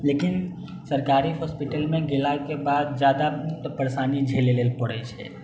लेकिन सरकारी हॉस्पिटलमे गेलाके बाद जादा परेशानी झेलै लेल पड़ै छै